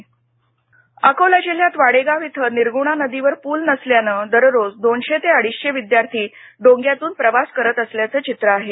पलाची गरज अकोला जिल्ह्यात वाडेगाव इथं निर्गुणा नदीवर पूल नसल्यानं दररोज दोनशे ते अडीचशे विद्यार्थी डोंग्यातून प्रवास करीत असल्याचं चित्र आहे